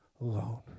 alone